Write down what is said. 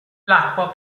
l’acqua